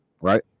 right